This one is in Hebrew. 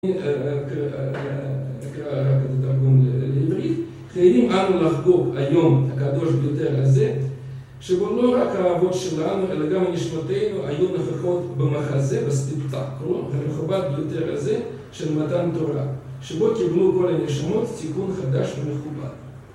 אני אקרא רק את הארגון לעברית חייבים אנו לחגוג היום את הקדוש ביותר הזה שבו לא רק האבות שלנו אלא גם הנשמותינו היו נוכחות במח הזה, בסטיפטרו, הרחובת ביותר הזה של מתן תורה שבו קיבלו כל הנשמות סיכון חדש ומכובד